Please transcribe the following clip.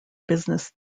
business